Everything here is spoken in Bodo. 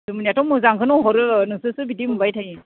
जोंनियाथ' मोजांखोनो हरो नोंसोरसो बिदि बुंबाय थायो